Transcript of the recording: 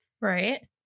Right